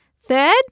Third